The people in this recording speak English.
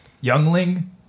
Youngling